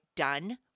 done